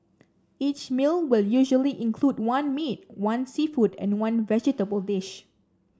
each meal will usually include one meat one seafood and one vegetable dish